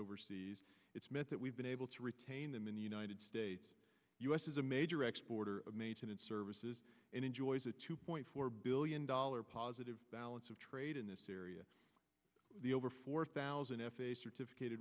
overseas it's meant that we've been able to retain them in the united states u s is a major exporter of maintenance services and enjoys a two point four billion dollars positive balance of trade in this area the over four thousand f a a certificate